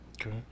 Okay